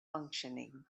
functioning